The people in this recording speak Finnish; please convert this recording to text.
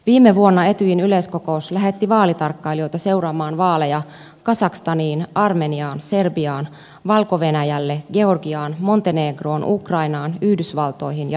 viime vuonna etyjin yleiskokous lähetti vaalitarkkailijoita seuraamaan vaaleja kazakstaniin armeniaan serbiaan valko venäjälle georgiaan montenegroon ukrainaan yhdysvaltoihin ja romaniaan